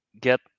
get